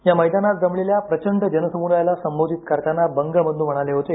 या मैदानात जमलेल्या प्रचंड जनसमुदायाला संबोधित करताना बंगबंधू म्हणाले होते